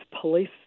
police